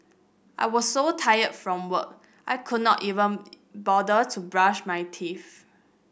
I was so tired from work I could not even bother to brush my teeth